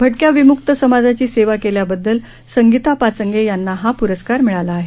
भटक्या विमुक्त समाजाची सेवा केल्याबददल संगीता पाचंगे यांना हा प्रस्कार मिळाला आहे